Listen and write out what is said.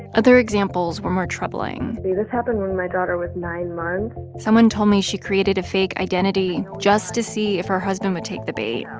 other examples were more troubling this happened when my daughter was nine months someone told me she created a fake identity just to see if her husband would take the bait,